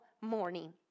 morning